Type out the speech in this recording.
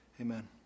Amen